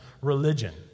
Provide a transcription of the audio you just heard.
religion